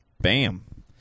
Bam